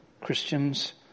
Christians